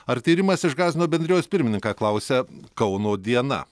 ar tyrimas išgąsdino bendrijos pirmininką klausia kauno diena